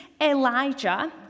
Elijah